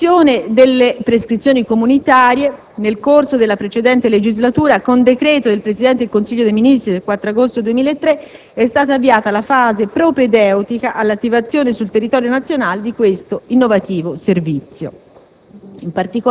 In attuazione delle prescrizioni comunitarie, nel corso della precedente legislatura, con decreto del Presidente del Consiglio dei ministri del 4 agosto 2003, è stata avviata la fase propedeutica all'attivazione sul territorio nazionale di questo innovativo servizio.